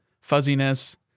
fuzziness